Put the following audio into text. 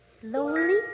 Slowly